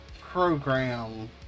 program